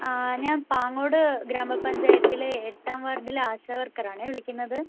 ആ ഞാൻ പാങ്ങോട് ഗ്രാമ പഞ്ചായത്തിലെ എട്ടാം വാർഡിലെ ആശാ വർക്കർ ആണ് വിളിക്കുന്നത്